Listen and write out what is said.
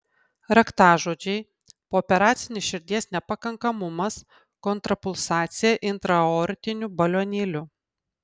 raktažodžiai pooperacinis širdies nepakankamumas kontrapulsacija intraaortiniu balionėliu